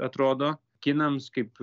atrodo kinams kaip